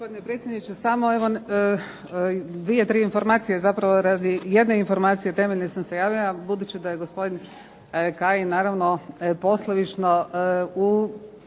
Gospodine predsjedniče, samo evo dvije, tri informacije. Zapravo radi jedne informacije temeljne sam se javila budući da je gospodin Kajin naravno poslovično u